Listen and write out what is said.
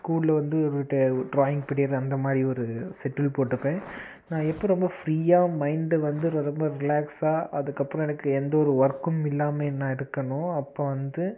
ஸ்கூலில் வந்து ஒரு ட ஒரு டிராயிங் பீரியர்டு அந்த மாதிரி ஒரு செட்டுல் போட்டுப்பேன் நான் எப்போ ரொம்ப ஃப்ரீயாக மைண்டை வந்து ரொ ரொம்ப ரிலாக்ஸாக அதுக்கப்புறம் எனக்கு எந்த ஒரு ஒர்க்கும் இல்லாமல் நான் இருக்கேனோ அப்போ வந்து